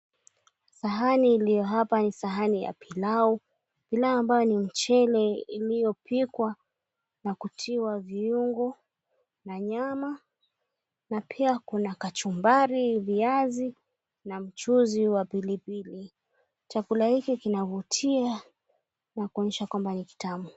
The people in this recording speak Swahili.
Sahani iliyo hapa ni sahani ya pilau. Pilau ambayo ni mchele uliopikwa na kutiwa viungo na nyama na pia kuna kachumbari, viazi na mchuzi wa pilipili. Chakula hiki kinavutia na kuonyesha kwamba ni kitamu.